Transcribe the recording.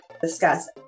discuss